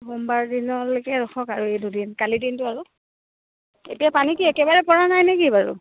সোমবাৰ দিনলৈকে ৰখক আৰু এই দুদিন কালি দিনটো আৰু এতিয়া পানী কি একেবাৰে পৰা নাই নেকি বাৰু